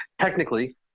technically